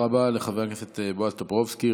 תודה רבה לחבר הכנסת בועז טופורובסקי.